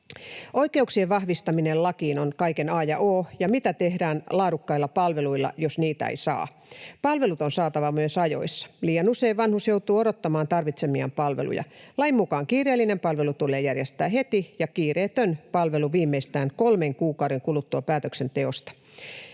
Oikeuksien vahvistaminen lakiin on kaiken a ja o. Ja mitä tehdään laadukkailla palveluilla, jos niitä ei saa? Palvelut on saatava myös ajoissa. Liian usein vanhus joutuu odottamaan tarvitsemiaan palveluja. Lain mukaan kiireellinen palvelu tulee järjestää heti ja kiireetön palvelu viimeistään kolmen kuukauden kuluttua päätöksenteosta.